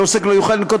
הוועדה נתנה